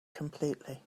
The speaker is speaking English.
completely